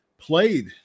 played